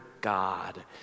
God